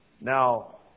Now